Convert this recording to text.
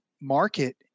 market